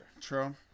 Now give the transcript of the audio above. True